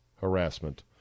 harassment